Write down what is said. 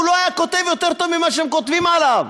לא היה כותב יותר טוב ממה שהם כותבים עליו,